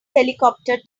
helicopter